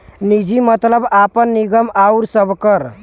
निजी मतलब आपन, निगम आउर सबकर